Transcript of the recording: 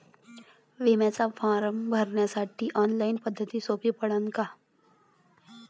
बिम्याचा फारम भरासाठी ऑनलाईन पद्धत सोपी पडन का?